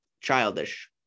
childish